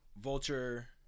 Vulture